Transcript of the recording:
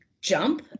jump